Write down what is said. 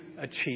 achieve